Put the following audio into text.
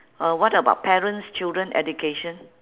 uh what about parents children education